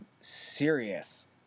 serious